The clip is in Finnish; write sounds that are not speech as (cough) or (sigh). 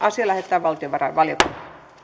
(unintelligible) asia lähetetään valtiovarainvaliokuntaan